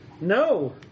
No